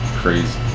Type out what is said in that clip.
crazy